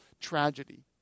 tragedy